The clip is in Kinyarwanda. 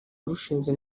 warushinze